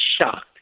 shocked